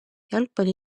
jalgpalli